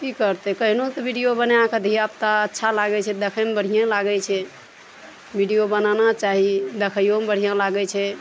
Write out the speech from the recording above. की करतइ कहिनो तऽ वीडियो बनाकऽ धियापुता अच्छा लागय छै देखयमे बढ़ियेँ लागय छै वीडियो बनाना चाही देखइयोमे बढ़िआँ लागइए छै